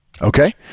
Okay